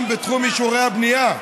גם בתחום אישורי הבנייה.